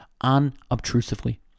unobtrusively